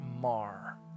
mar